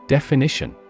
Definition